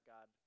God